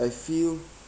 I feel